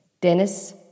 Dennis